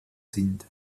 sind